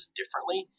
differently